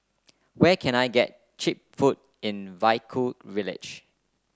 where can I get cheap food in Vaiaku village